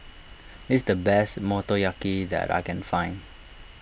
is the best Motoyaki that I can find